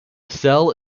cell